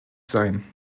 sein